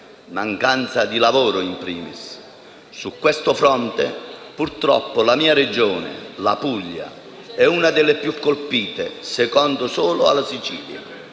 (mancanza di lavoro *in primis*). Su questo fronte, purtroppo la mia Regione, la Puglia, è una delle più colpite, seconda solo alla Sicilia.